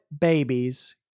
babies